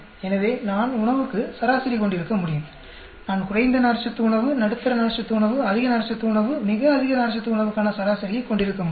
எனவே நான் உணவுக்கு சராசரி கொண்டிருக்க முடியும் நான் குறைந்த நார்ச்சத்து உணவு நடுத்தர நார்ச்சத்து உணவு அதிக நார்ச்சத்து உணவு மிக அதிக நார்ச்சத்து உணவுக்கான சராசரியை கொண்டிருக்க முடியும்